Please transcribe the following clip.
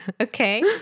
Okay